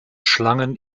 schlangen